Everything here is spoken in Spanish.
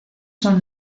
son